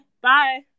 Bye